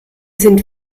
sind